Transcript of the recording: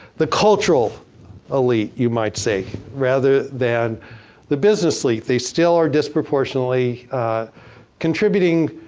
the cultural elite, you might say. rather than the business elite. they still are disproportionally contributing,